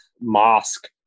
mosque